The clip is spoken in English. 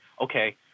okay